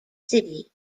city